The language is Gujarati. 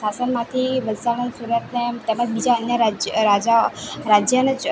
સાસનમાંથી વલસાડ અને સુરતને તેમજ બીજા અન્ય રાજ્ય રાજા રાજ્યને